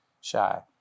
shy